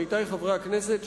עמיתי חברי הכנסת,